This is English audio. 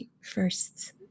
first